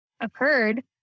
occurred